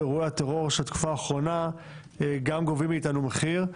אירועי הטרור של התקופה האחרונה גובים מאתנו מחיר,